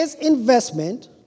investment